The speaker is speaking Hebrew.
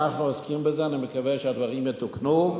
אנחנו עוסקים בזה, אני מקווה שהדברים יתוקנו.